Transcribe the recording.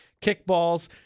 kickballs